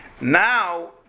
Now